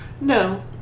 No